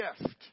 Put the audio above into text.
gift